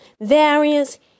variance